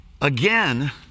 Again